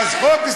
מאיים?